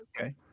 Okay